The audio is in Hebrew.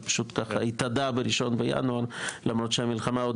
זה פשוט ככה התאדה בראשון בינואר למרות שהמלחמה עוד